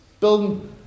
building